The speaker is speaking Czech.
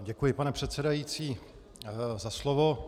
Děkuji, pane předsedající, za slovo.